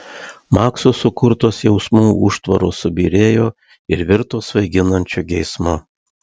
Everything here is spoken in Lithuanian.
makso sukurtos jausmų užtvaros subyrėjo ir virto svaiginančiu geismu